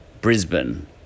Brisbane